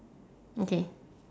okay